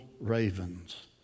ravens